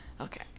okay